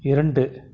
இரண்டு